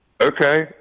Okay